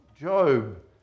Job